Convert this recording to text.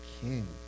king